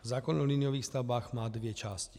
Zákon o liniových stavbách má dvě části.